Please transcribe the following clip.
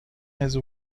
his